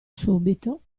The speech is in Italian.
subito